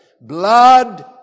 blood